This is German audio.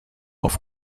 auf